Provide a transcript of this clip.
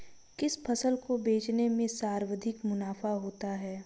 किस फसल को बेचने से सर्वाधिक मुनाफा होता है?